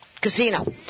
Casino